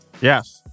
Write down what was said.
Yes